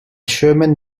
sherman